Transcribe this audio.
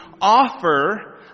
offer